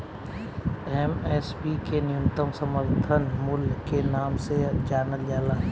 MSP के न्यूनतम समर्थन मूल्य के नाम से जानल जाला